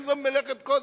איזו מלאכת קודש.